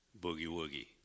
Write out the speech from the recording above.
boogie-woogie